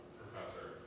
professor